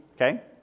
Okay